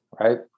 Right